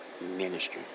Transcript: ministry